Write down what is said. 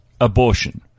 abortion